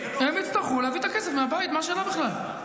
הם יצטרכו להביא את הכסף מהבית, מה השאלה בכלל?